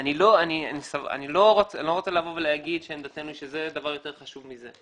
אני לא רוצה לומר שעמדתנו היא שזה דבר יותר חשוב מזה.